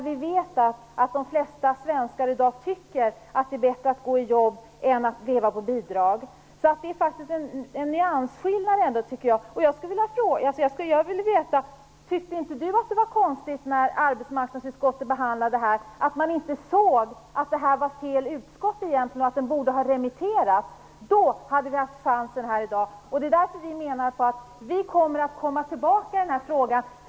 Vi vet att det flesta svenskar i dag tycker att det är bättre att gå i jobb än att leva på bidrag. Det finns en nyansskillnad. Jag vill veta om inte Hans Andersson tyckte att det var konstigt att man i arbetsmarknadsutskottet inte insåg att motionen behandlades av fel utskott. Det borde ha remitterats. Då hade vi haft chansen här i dag. Det är därför vi menar att vi kommer att komma tillbaka i denna fråga.